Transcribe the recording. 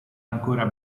ancora